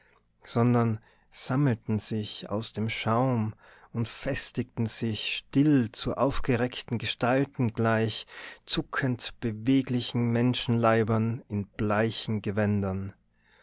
sondern sammelten sich aus dem schaum und festigten sich still zu aufgereckten gestalten gleich zuckend beweglichen menschenleibern in bleichen gewändern